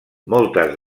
moltes